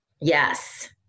Yes